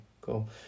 Cool